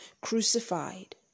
crucified